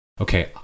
okay